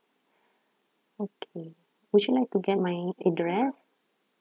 okay would you like to get my address